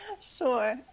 sure